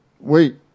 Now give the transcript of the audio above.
Wait